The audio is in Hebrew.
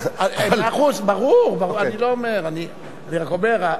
אני רק אומר,